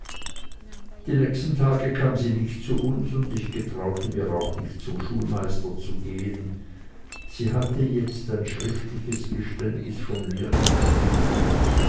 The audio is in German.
die nächsten tage kam sie nicht zu uns und ich getraute mir auch nicht zum schulmeister zu gehen sie hatte jetzt ein schriftliches geständnis von mir in den händen